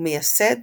ומייסד